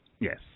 Yes